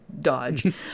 dodge